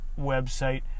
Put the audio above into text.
website